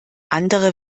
andere